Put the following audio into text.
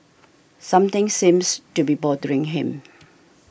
something seems to be bothering him